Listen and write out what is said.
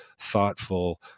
thoughtful